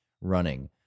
running